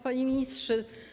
Panie Ministrze!